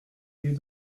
clefs